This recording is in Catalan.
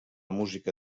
música